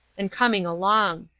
and coming along.